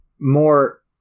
more